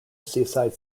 seaside